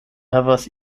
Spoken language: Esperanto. havas